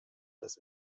das